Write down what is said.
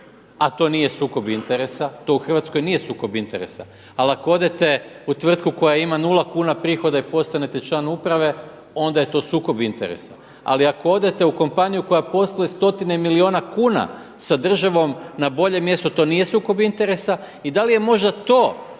a to nije sukob interesa. To u Hrvatskoj nije sukob interesa. Ali ako odete u tvrtku koja ima nula kuna prihoda i postanete član uprave onda je to sukob interesa. Ali ako odete u kompaniju koja posluje stotine milijuna kuna sa državom na bolje mjesto to nije sukob interesa. I da li je možda to